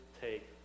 take